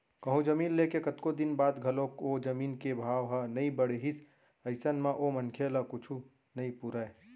कहूँ जमीन ले के कतको दिन बाद घलोक ओ जमीन के भाव ह नइ बड़हिस अइसन म ओ मनखे ल कुछु नइ पुरय